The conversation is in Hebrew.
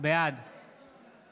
בעד